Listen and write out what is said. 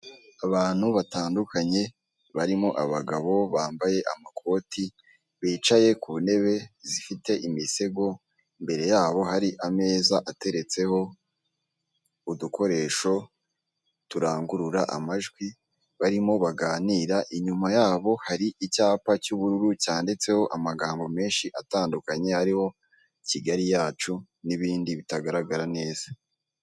Abantu batandukanye barimo abagabo bambaye amakoti bicaye ku ntebe zifite imisego imbere yaho hari ameza ateretseho udukoresho turangurura amajwi barimo baganira inyuma yabo hari icyapa cy'ubururu cyanditseho amagambo menshi atandukanye ariwo kigali yacu n'ibindi bitagaragara neza.